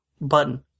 button